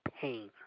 pain